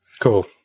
cool